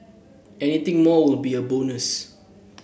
anything more will be a bonus